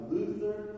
Luther